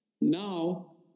Now